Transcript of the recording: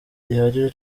gihagije